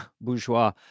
bourgeois